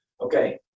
Okay